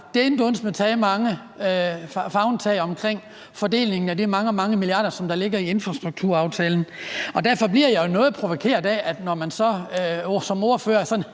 har dælendusme taget mange holmgange omkring fordelingen af de mange, mange milliarder, som der ligger i infrastrukturaftalen. Derfor bliver jeg jo noget provokeret af, at man som ordfører